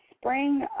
spring